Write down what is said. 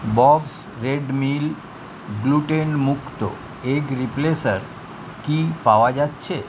Bob's Red Mill gluten মুক্ত egg replacer কি পাওয়া যাচ্ছে